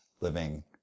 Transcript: living